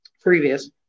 previous